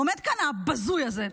עומד כאן הבזוי הזה,